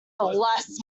bless